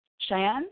Cheyenne